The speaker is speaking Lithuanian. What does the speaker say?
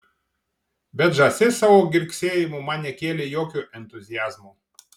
bet žąsis savo girgsėjimu man nekėlė jokio entuziazmo